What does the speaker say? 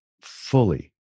fully